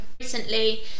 recently